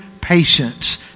patience